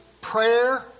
prayer